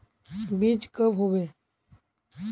बीज कब होबे?